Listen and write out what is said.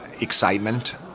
excitement